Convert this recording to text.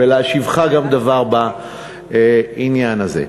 וגם להשיבך דבר בעניין הזה.